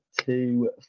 two